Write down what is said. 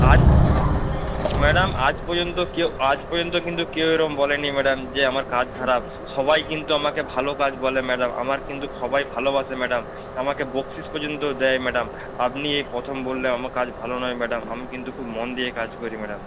আজ ম্যাডাম আজ পর্যন্ত কেউ আজ পর্যন্ত কিন্তু কেউ এরম বলে নি ম্যাডাম যে আমার কাজ খারাপ সবাই কিন্তু আমাকে ভালো কাজ বলে ম্যাডাম আমার কিন্তু সবাই ভালোবাসে ম্যাডাম আমাকে বকশিশ পর্যন্তও দেয় ম্যাডাম আপনি এই প্রথম বললে আমা কাজ ভালো নয় ম্যাডাম আমি কিন্তু খুব মন দিয়ে কাজ করি ম্যাডাম